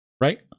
Right